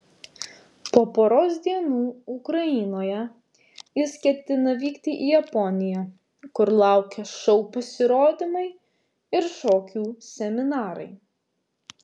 po poros dienų ukrainoje jis ketina vykti į japoniją kur laukia šou pasirodymai ir šokių seminarai